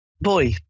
Boy